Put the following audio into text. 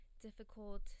difficult